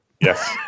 Yes